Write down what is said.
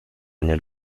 einer